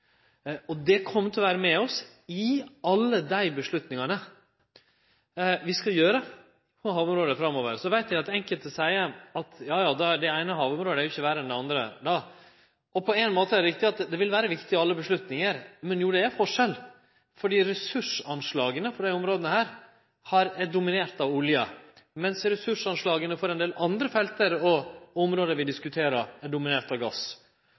Det kjem til å vere med oss i alle dei avgjerdene vi skal ta om havområda framover. Så veit eg at enkelte seier at det eine havområdet ikkje er verre enn det andre, og på ein måte er det riktig at det vil vere viktig i alle avgjerder, men det er ein forskjell fordi ressursanslaga for desse områda er dominerte av olje, mens ressursanslaga for ein del andre felt og område som vi diskuterer, er dominerte av gass.